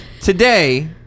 Today